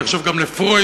אני חושב שגם לפרויד,